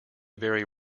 very